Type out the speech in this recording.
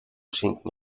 schinken